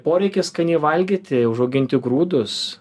poreikis skaniai valgyti užauginti grūdus